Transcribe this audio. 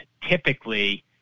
typically